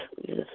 Yes